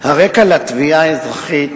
הרקע לתביעה האזרחית